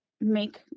make